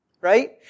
right